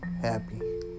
happy